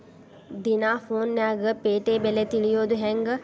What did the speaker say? ದಿನಾ ಫೋನ್ಯಾಗ್ ಪೇಟೆ ಬೆಲೆ ತಿಳಿಯೋದ್ ಹೆಂಗ್?